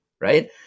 Right